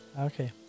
Okay